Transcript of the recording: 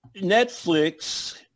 Netflix